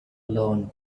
learned